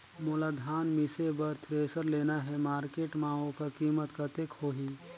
मोला धान मिसे बर थ्रेसर लेना हे मार्केट मां होकर कीमत कतेक होही?